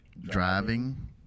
driving